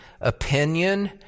opinion